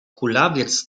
kulawiec